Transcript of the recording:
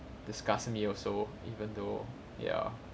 disgust me also even though ya